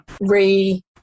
re